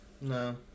No